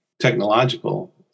technological